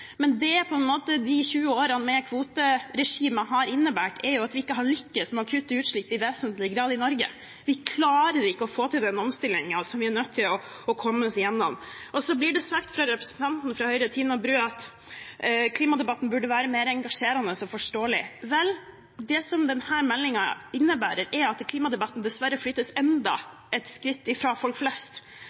Men det de 20 årene med kvoteregimet har innebåret, er at vi ikke har lyktes med å kutte utslipp i vesentlig grad i Norge. Vi klarer ikke å få til den omstillingen som vi er nødt til å komme oss gjennom. Så blir det sagt fra representanten Tina Bru fra Høyre at klimadebatten burde være mer engasjerende og forståelig. Vel, det som denne meldingen innebærer, er at klimadebatten dessverre flyttes enda et skritt fra folk flest.